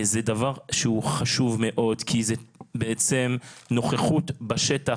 זה דבר שהוא חשוב מאוד כי זה בעצם נוכחות בשטח.